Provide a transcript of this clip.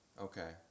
Okay